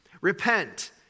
Repent